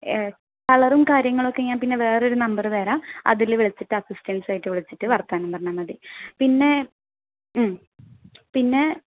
കളറും കാര്യങ്ങൾ ഒക്കെ ഞാൻ പിന്നെ വേറൊരു നമ്പർ തരാം അതിൽ വിളിച്ചിട്ട് അസിസ്സുറ്റൻസുമായിട്ട് വിളിച്ചിട്ട് വർത്തമാനം പറഞ്ഞാൽ മതി പിന്നെ മ് പിന്നെ